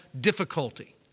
difficulty